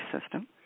system